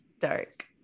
dark